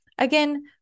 Again